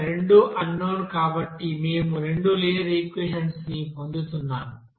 ఇక్కడ రెండు unknown కాబట్టి మేము రెండు లినియర్ ఈక్వెషన్స్ ని పొందుతున్నాము